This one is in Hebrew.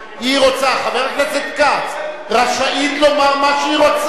היא רוצה, חבר הכנסת כץ, רשאית לומר מה שהיא רוצה,